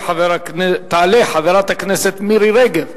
תעלה חברת הכנסת מירי רגב,